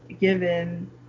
given